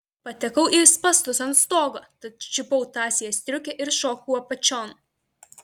patekau į spąstus ant stogo tad čiupau tąsiąją striukę ir šokau apačion